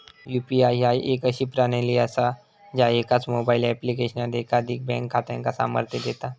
UPI ह्या एक अशी प्रणाली असा ज्या एकाच मोबाईल ऍप्लिकेशनात एकाधिक बँक खात्यांका सामर्थ्य देता